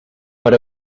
per